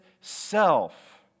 self